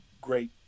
great